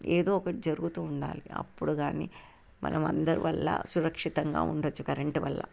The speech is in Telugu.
ఏదో ఒకటి జరుగుతూ ఉండాలి అప్పుడు కానీ మనం అందరి వల్ల సురక్షితంగా ఉండొచ్చు కరెంట్ వల్ల